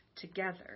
together